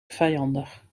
vijandig